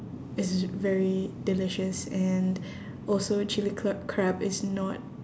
is very delicious and also chilli crab crab is not